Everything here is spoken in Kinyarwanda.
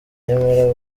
nyamara